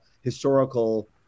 historical